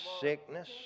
sickness